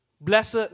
Blessed